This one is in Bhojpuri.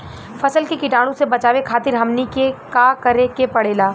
फसल के कीटाणु से बचावे खातिर हमनी के का करे के पड़ेला?